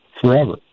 forever